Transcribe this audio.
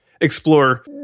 explore